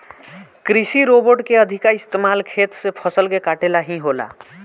कृषि रोबोट के अधिका इस्तमाल खेत से फसल के काटे ला ही होला